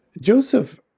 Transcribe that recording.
Joseph